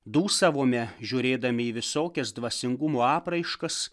dūsavome žiūrėdami į visokias dvasingumo apraiškas